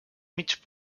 mig